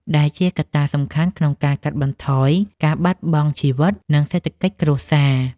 ដែលជាកត្តាសំខាន់ក្នុងការកាត់បន្ថយការបាត់បង់ជីវិត និងសេដ្ឋកិច្ចគ្រួសារ។